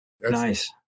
Nice